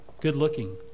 good-looking